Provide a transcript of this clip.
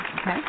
Okay